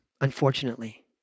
unfortunately